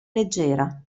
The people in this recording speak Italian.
leggera